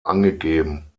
angegeben